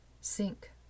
Sink